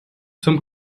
zum